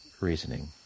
reasoning